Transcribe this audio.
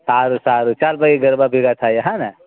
સારું સારું ચાલ પછી ગરબા ભેગા થઈએ હેને